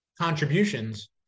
contributions